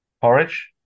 Porridge